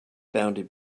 bounded